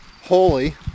holy